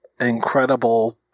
incredible